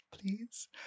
Please